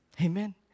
Amen